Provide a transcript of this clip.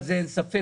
על זה אין ספק,